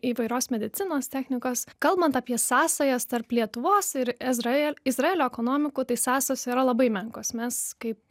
įvairios medicinos technikos kalbant apie sąsajas tarp lietuvos ir izrael izraelio ekonomikų tai sąsajos yra labai menkos mes kaip